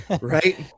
right